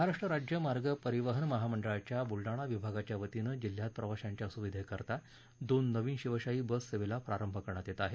महाराष्ट्र राज्य मार्ग परिवहन महामंडळाच्या बुलडाणा विभागाच्यावतीनं जिल्ह्यात प्रवाशांच्या सुविधेकरीता दोन नवीन शिवशाही बससेवेला प्रारंभ करण्यात येत आहे